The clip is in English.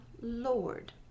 Lord